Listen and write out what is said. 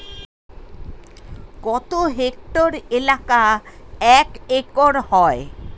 কত হেক্টর এলাকা এক একর হয়?